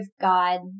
God